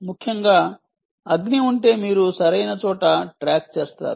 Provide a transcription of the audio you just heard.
ముఖ్యంగా అగ్ని ఉంటే మీరు సరైన చోట ట్రాక్ చేస్తారు